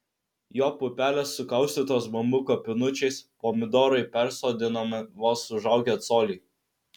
jo pupelės sukaustytos bambuko pinučiais pomidorai persodinami vos užaugę colį